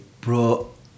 brought